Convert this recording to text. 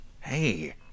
Hey